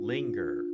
Linger